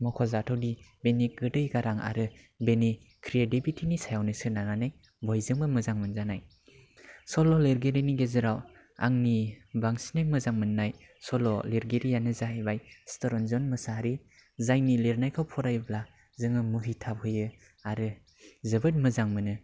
मखजाथावदि बेनि गोदै गारां आरो बेनि क्रियेटिभिटिनि सायावनो सोनारनानै बयजोंबो मोजां मोनजानाय सल' लिरगिरिनि गेजेराव आंनि बांसिनै मोजां मोननाय सल' लिरगिरिआनो जाहैबाय चितरन्जन मोसाहारि जायनि लिरनायखौ फरायोब्ला जोङो मुहिथाब होयो आरो जोबोद मोजां मोनो